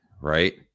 Right